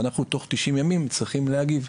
ואנחנו תוך 90 ימים צריכים להגיב.